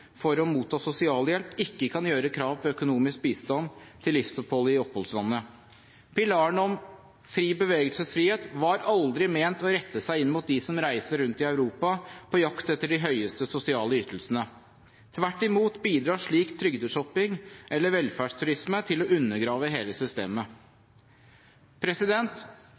for å motta sosialhjelp, ikke kan gjøre krav på økonomisk bistand til livsopphold i oppholdslandet. Pilaren om fri bevegelsesfrihet var aldri ment å rette seg inn mot dem som reiser rundt i Europa på jakt etter de høyeste sosiale ytelsene. Tvert imot bidrar slik trygdeshopping, eller velferdsturisme, til å undergrave hele systemet.